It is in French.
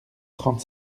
trente